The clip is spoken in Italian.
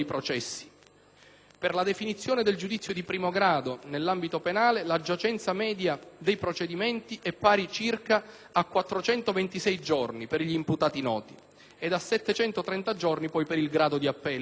Per la definizione del giudizio di primo grado nell'ambito penale la giacenza media dei procedimenti è pari a circa 426 giorni (per gli imputati noti) ed a 730 giorni per il grado di appello.